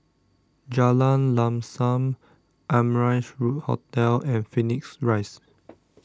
Jalan Lam Sam Amrise room Hotel and Phoenix Rise